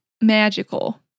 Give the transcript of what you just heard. Magical